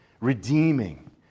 redeeming